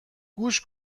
گوش